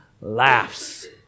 laughs